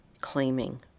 claiming